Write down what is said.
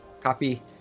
copy